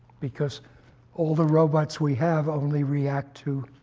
because all the robots we have only react to